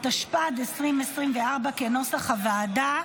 כנוסח הוועדה.